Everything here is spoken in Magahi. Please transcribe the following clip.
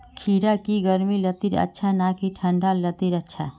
खीरा की गर्मी लात्तिर अच्छा ना की ठंडा लात्तिर अच्छा?